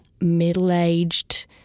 middle-aged